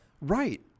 Right